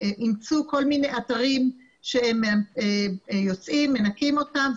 אימצו כל מיני אתרים שהם יוצאים, מנקים אותם.